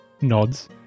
nods